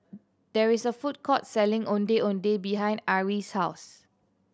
there is a food court selling Ondeh Ondeh behind Ari's house